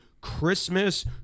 Christmas